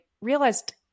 realized